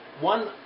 One